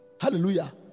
hallelujah